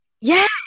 Yes